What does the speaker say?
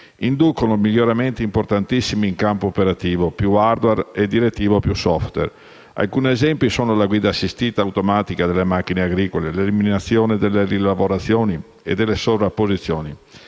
inducono miglioramenti importantissimi in campo operativo (più *hardware*) e direttivo (più *software*). Alcuni esempi sono la guida assistita e automatica delle macchine agricole, l'eliminazione delle rilavorazioni e delle sovrapposizioni,